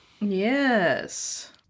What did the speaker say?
Yes